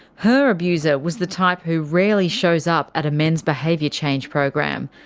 her abuser was the type who rarely shows up at a men's behaviour change program.